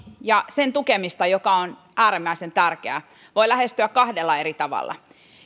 ja sen tukemista joka on äärimmäisen tärkeää voi lähestyä kahdella eri tavalla